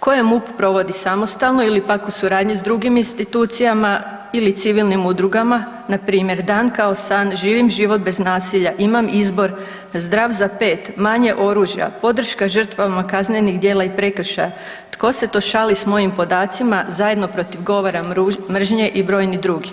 koje MUP provodi samostalno ili pak u suradnji s drugim institucijama ili civilnim udrugama, npr. „Dan kao san“, „Živim život bez nasilja“, „Imam izbor“, „Zdrav za 5“, „Manje oružja“, „Podrška žrtvama kaznenih djela i prekršaja“, „Tko se to šali s mojim podacima“, „ Zajedno protiv govora mržnje“ i brojni drugi.